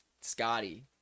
Scotty